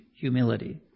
humility